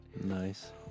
Nice